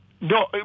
No